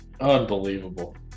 Unbelievable